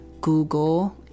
Google